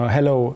Hello